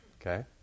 Okay